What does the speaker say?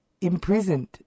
imprisoned